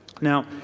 Now